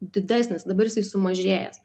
didesnis dabar jisai sumažėjęs